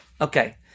Okay